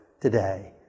today